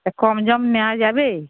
তা কম সম নেওয়া যাবে